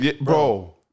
Bro